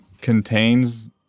contains